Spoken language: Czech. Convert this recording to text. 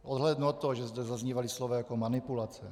Odhlédnu od toho, že zde zaznívala slova jako manipulace.